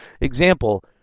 Example